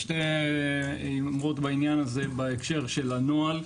שתי אמרות בעניין הזה בהקשר של הנוהל,